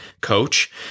coach